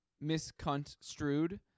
misconstrued